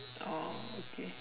oh okay